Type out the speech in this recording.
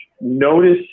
notice